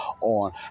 on